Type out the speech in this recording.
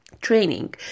training